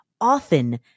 often